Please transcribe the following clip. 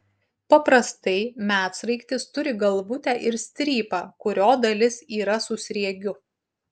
paprastai medsraigtis turi galvutę ir strypą kurio dalis yra su sriegiu